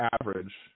average